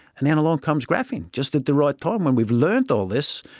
and then along comes graphene just at the right time when we've learned all this,